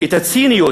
את הציניות,